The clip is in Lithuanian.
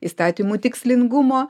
įstatymų tikslingumo